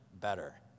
better